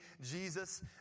Jesus